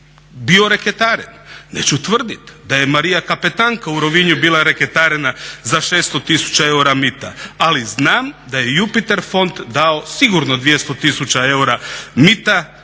bio reketaren. Neću tvrditi da je Marija Kapetanka u Rovinju bila reketarena za 600 tisuća eura mita, ali znam da je Jupiter fond sigurno dao 200 tisuća eura mita